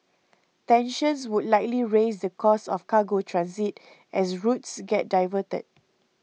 tensions would likely raise the cost of cargo transit as routes get diverted